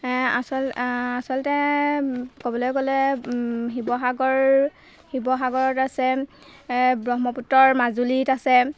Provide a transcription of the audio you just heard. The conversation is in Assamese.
আচল আচলতে ক'বলৈ গ'লে শিৱসাগৰ শিৱসাগৰত আছে ব্ৰহ্মপুত্ৰৰ মাজুলীত আছে